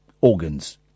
organs